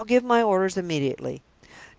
i'll give my orders immediately.